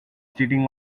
cheating